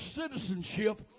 citizenship